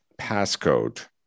passcode